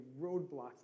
roadblocks